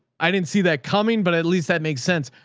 i didn't see that coming, but at least that makes sense.